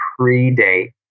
predate